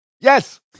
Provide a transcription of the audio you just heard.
Yes